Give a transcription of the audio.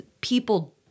people